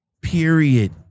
period